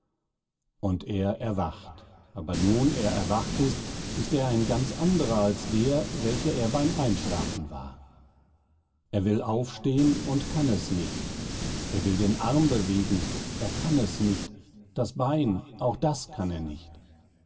und er erwacht aber nun er erwacht ist ist er ein ganz anderer als der welcher er beim einschlafen war er will aufstehen und kann es nicht er will den arm bewegen er kann es nicht das bein auch das kann er nicht